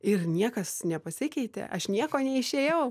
ir niekas nepasikeitė aš nieko neišėjau